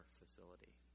facility